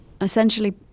Essentially